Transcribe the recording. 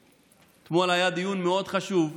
אתמול היה דיון מאוד חשוב,